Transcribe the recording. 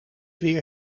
weer